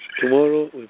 Tomorrow